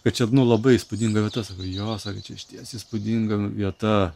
kad čia nu labai įspūdinga vieta sako jo nu čia išties įspūdinga vieta